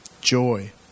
joy